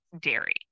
dairy